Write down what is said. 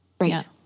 Right